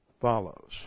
follows